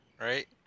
Right